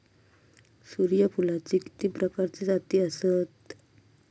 सूर्यफूलाचे किती प्रकारचे जाती आसत?